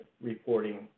reporting